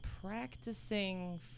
practicing